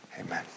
amen